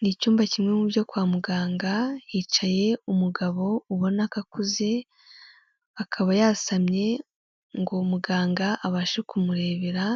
Ni icyumba kimwe mu byo kwa muganga, hicaye umugabo ubona ko akuze, akaba yasamye ngo muganga abashe kumurebera